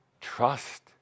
trust